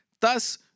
Thus